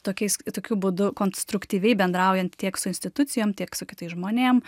tokiais tokiu būdu konstruktyviai bendraujant tiek su institucijom tiek su kitais žmonėm